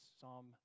psalm